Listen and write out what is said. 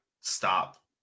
stop